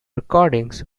recordings